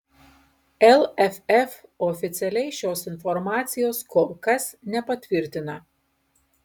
lff oficialiai šios informacijos kol kas nepatvirtina